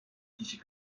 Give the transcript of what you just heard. kişi